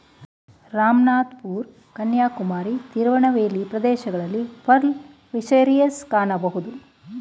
ರಾಮನಾಥಪುರಂ ಕನ್ಯಾಕುಮಾರಿ, ತಿರುನಲ್ವೇಲಿ ಪ್ರದೇಶಗಳಲ್ಲಿ pearl fisheries ಕಾಣಬೋದು